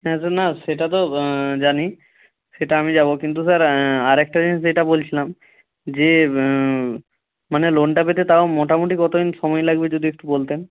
হ্যাঁ না সেটা তো জানি সেটা আমি যাব কিন্তু স্যার আরেকটা জিনিস যেটা বলছিলাম যে মানে লোনটা পেতে তাও মোটামুটি কত দিন সময় লাগবে যদি একটু বলতেন